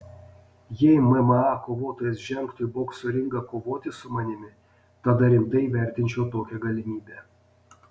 jei mma kovotojas žengtų į bokso ringą kovoti su manimi tada rimtai vertinčiau tokią galimybę